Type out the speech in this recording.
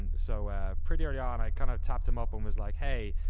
and so pretty early on i kind of tapped him up and was like, hey,